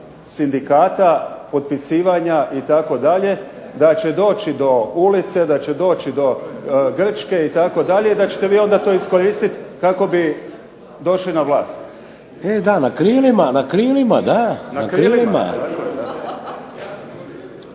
sindikata, potpisivanja itd. da će doći do ulice, da će doći do Grčke itd. i da ćete vi onda to iskoristiti kako bi došli na vlast. .../Upadica Šeks: E da na krilima, na krilima,